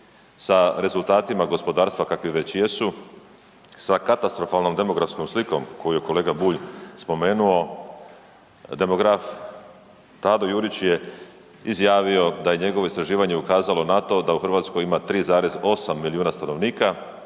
sa rezultatima gospodarstva kakvi već jesu, sa katastrofalnom demografskom slikom koju je kolega Bulj spomenuo, demograf Tado Jurić je izjavio da je njegovo istraživanje ukazalo na to da u Hrvatskoj ima 3,8 milijuna stanovnika,